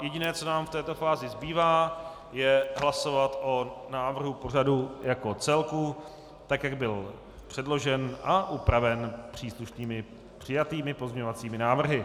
Jediné, co nám v této fázi zbývá, je hlasovat o návrhu pořadu jako celku, tak jak byl předložen a upraven příslušnými přijatými pozměňovacími návrhy.